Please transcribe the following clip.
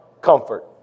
comfort